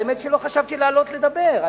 האמת היא שלא חשבתי לעלות לדבר,